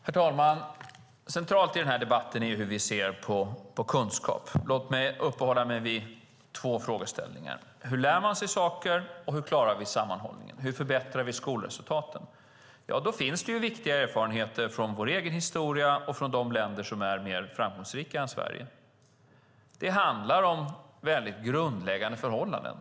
Herr talman! Centralt i debatten är hur vi ser på kunskap. Låt mig uppehålla mig vid några frågeställningar: Hur lär man sig saker? Hur klarar vi sammanhållningen? Hur förbättrar vi skolresultaten? Det finns viktiga erfarenheter från vår egen historia och från de länder som är mer framgångsrika än Sverige. Det handlar om grundläggande förhållanden.